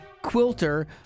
quilter